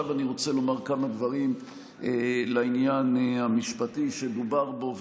עכשיו אני רוצה לומר כמה דברים לעניין המשפטי שדובר בו,